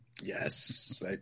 Yes